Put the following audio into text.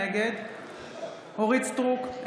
נגד אורית מלכה סטרוק,